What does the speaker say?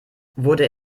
wurde